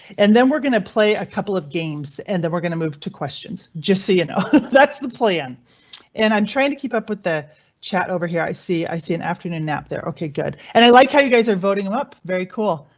and then we're going to play a couple of games and then we're going to move to questions just so that's the plan and i'm trying to keep up with the chat over here. i see, i see an afternoon nap there. ok, good and i like how you guys are voting him up. very cool,